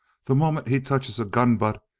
the moment he touches a gun butt,